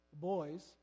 Boys